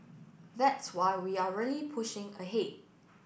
that's why we are really pushing ahead